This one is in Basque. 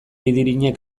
idirinek